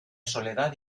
soledad